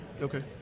Okay